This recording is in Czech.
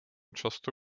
často